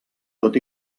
tot